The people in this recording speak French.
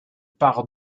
par